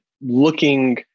looking